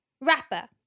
rapper